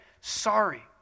sorry